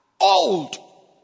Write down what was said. old